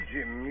Jim